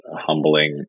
humbling